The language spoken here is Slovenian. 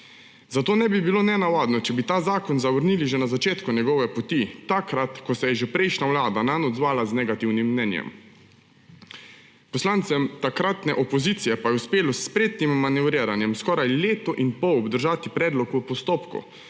Zato ne bi bilo nenavadno, če bi ta zakon zavrnili že na začetku njegove poti, takrat, ko se je že prejšnja vlada nanj odzvala z negativnim mnenjem. Poslancem takratne opozicije pa je uspelo s spretnim manevriranjem skoraj leto in pol obdržati predlog v postopku.